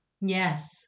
Yes